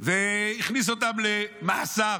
והוא הכניס אותם למאסר.